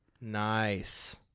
Nice